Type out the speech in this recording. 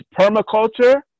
permaculture